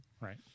right